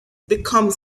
become